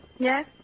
Yes